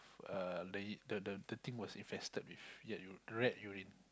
uh the the the the thing was infested with rat uri~ rat urine